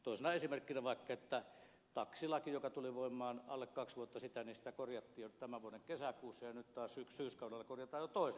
toisena esimerkkinä totean vaikka että taksilakia joka tuli voimaan alle kaksi vuotta sitten korjattiin jo tämän vuoden kesäkuussa ja nyt taas syyskaudella korjataan jo toisen kerran